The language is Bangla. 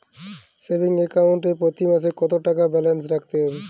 সেভিংস অ্যাকাউন্ট এ প্রতি মাসে কতো টাকা ব্যালান্স রাখতে হবে?